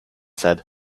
said